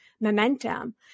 momentum